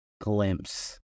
glimpse